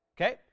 okay